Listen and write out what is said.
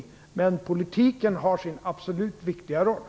Men politiken har absolut sin viktiga roll.